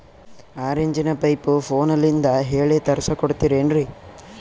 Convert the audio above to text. ಆರಿಂಚಿನ ಪೈಪು ಫೋನಲಿಂದ ಹೇಳಿ ತರ್ಸ ಕೊಡ್ತಿರೇನ್ರಿ?